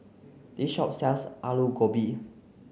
this shop sells Alu Gobi